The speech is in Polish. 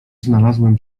znalazłem